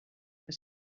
que